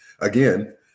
Again